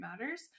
matters